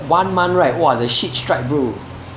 one month right !wah! the shit strike bro